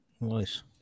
Nice